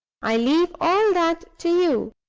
i leave all that to you.